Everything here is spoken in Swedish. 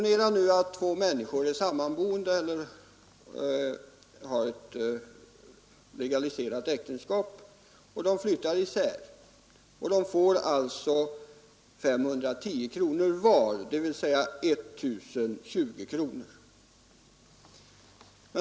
Ponera nu att två människor är sammanboende eller gifta och flyttar isär. Då får de alltså 510 kronor var, dvs. sammanlagt 1 020.